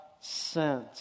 sent